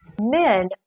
men